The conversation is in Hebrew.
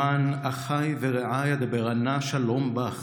למען אחי ורעי אדברה נא שלום בך.